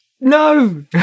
No